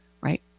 right